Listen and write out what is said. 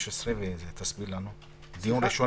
כאמור לפי סדר העדיפות הזה: (1)דיון שבו מובאות ראיות